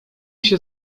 się